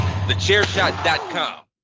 TheChairShot.com